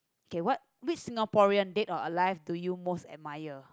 okay what which Singaporean dead or alive do you most admire